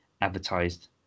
advertised